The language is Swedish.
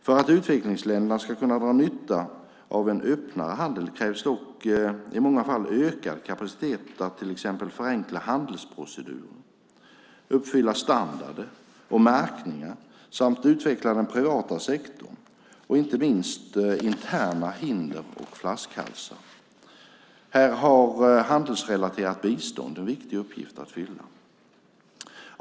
För att utvecklingsländerna ska kunna dra nytta av en öppnare handel krävs dock i många fall ökad kapacitet att till exempel förenkla handelsprocedurer, uppfylla standarder och märkningar samt utveckla den privata sektorn och inte minst minska interna hinder och flaskhalsar. Här har handelsrelaterat bistånd en viktig uppgift att fylla.